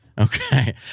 Okay